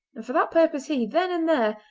and for that purpose he, then and there,